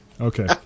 Okay